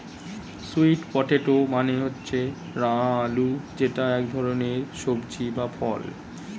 sweet potato মানে হচ্ছে রাঙা আলু যেটা এক ধরনের সবজি বা ফল